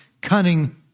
cunning